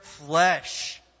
flesh